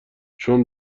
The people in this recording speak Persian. چون